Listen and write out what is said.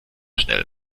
schnell